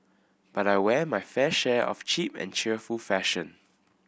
but I wear my fair share of cheap and cheerful fashion